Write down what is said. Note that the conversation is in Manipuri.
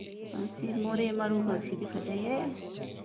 ꯑ ꯁꯤ ꯃꯣꯔꯦ ꯃꯔꯨꯒꯁꯤꯗꯤ ꯐꯖꯩꯍꯦ